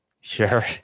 sure